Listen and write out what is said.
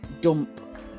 dump